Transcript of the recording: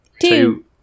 Two